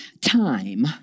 time